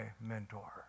mentor